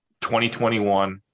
2021